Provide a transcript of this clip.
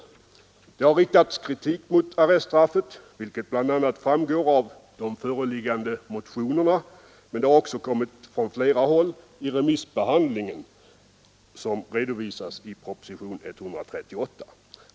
Det har riktats kritik mot arreststraffet, vilket bl.a. framgår av de föreliggande motionerna. Kritik har också framförts från flera håll vid remissbehandlingen, som redovisas i propositionen 138.